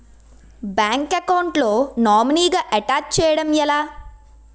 Bank account లో నామినీగా attach చేయడం ఎలా?